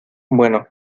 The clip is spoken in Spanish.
bueno